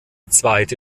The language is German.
zweite